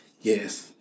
Yes